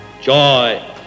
joy